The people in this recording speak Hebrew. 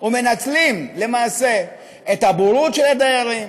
ומנצלים למעשה את הבורות של הדיירים,